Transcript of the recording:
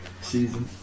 season